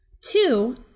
two